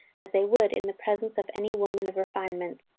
as they would in the presence of any woman of refinement.